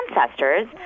ancestors